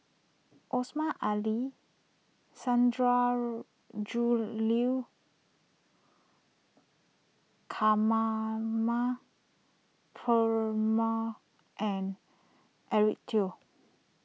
Osmar Ali Sundarajulu Kamana Perumal and Eric Teo